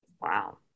Wow